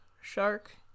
shark